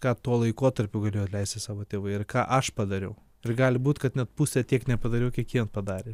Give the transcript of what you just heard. visus ką tuo laikotarpiu galėjo atleisti savo tėvai ir ką aš padariau ir gali būt kad net pusę tiek nepadariau kiek jie padarė